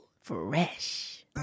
Fresh